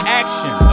action